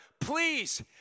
please